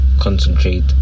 Concentrate